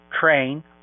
train